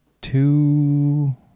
two